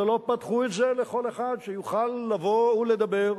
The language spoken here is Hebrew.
ולא פתחו את זה לכל אחד שיוכל לבוא ולדבר,